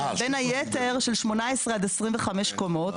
בין היתר של 18 עד 25 קומות.